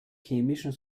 chemischen